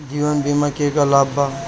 जीवन बीमा के का लाभ बा?